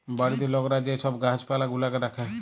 বাড়িতে লকরা যে ছব গাহাচ পালা গুলাকে রাখ্যে